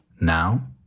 Now